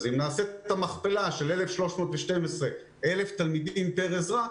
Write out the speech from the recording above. אם נעשה את המכפלה של 1,312 תשובות ל-1,000 תלמידים פר עזרה,